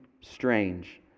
strange